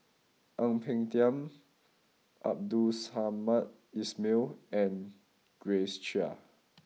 Ang Peng Tiam Abdul Samad Ismail and Grace Chia